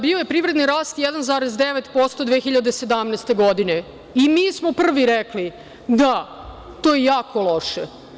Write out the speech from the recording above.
Bio je privredni ras 1,9% 2017. godine, i mi smo prvi rekli - da, to je jako loše.